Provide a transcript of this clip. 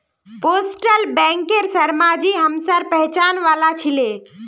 postal बैंकेर शर्माजी हमसार पहचान वाला छिके